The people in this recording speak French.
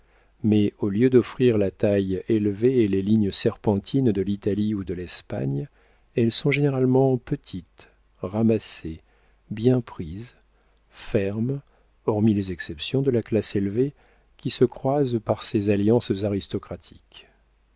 mais au lieu d'offrir la taille élevée et les lignes serpentines de l'italie ou de l'espagne elles sont généralement petites ramassées bien prises fermes hormis les exceptions de la classe élevée qui se croise par ses alliances aristocratiques